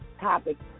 topics